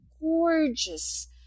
gorgeous